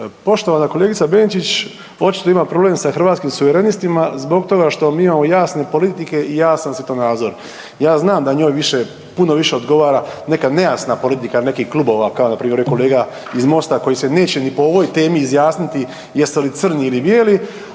Poštovana kolegica Benčić očito ima problem sa Hrvatskim suverenistima zbog toga što mi imamo jasne politike i jasan svjetonazor. Ja znam da njoj više, puno više odgovara neka nejasna politika nekih klubova, kao npr. evo ovdje je kolega MOST-a koji se neće ni po ovoj temi izjasniti jeste li crni ili bijeli,